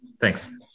Thanks